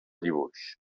dibuix